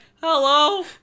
hello